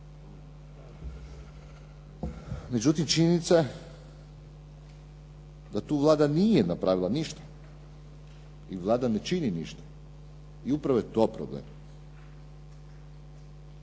Međutim, činjenica je da tu Vlada nije napravila ništa i Vlada ne čini ništa i upravo je to problem.